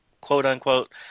quote-unquote